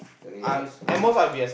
okay choose choose